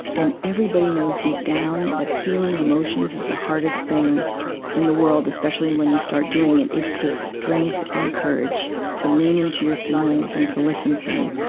and everybody knows deep down that feeling emotions is the hardest thing in the world, especially when you start doing it, it take strength and courage to lean into your feelings and to listen to them.